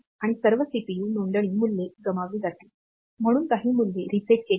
आणि सर्व सीपीयू नोंदणी मूल्ये गमावली जातील म्हणून काही मूल्ये रीसेट केली जातील